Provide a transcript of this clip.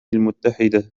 المتحدة